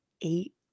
eight